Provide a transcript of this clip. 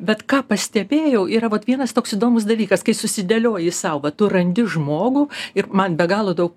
bet ką pastebėjau yra vat vienas toks įdomus dalykas kai susidėlioji sau va tu randi žmogų ir man be galo daug